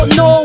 no